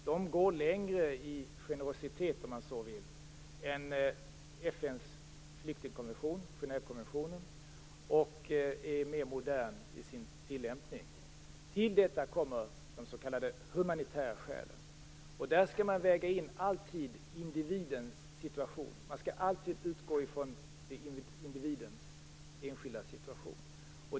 De går längre i generositet - låt mig säga så - än FN:s flyktingkonvention, Genèvekonventionen, och är mer moderna i sin tillämpning. Till detta kommer de s.k. humanitära skälen. I dem skall man alltid väga in den enskilda individens situation.